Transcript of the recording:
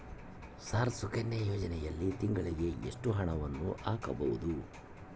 Sir Sukanya ಯೋಜನೆಯಲ್ಲಿ ತಿಂಗಳಿಗೆ ಎಷ್ಟು ಹಣವನ್ನು ಹಾಕಬಹುದು?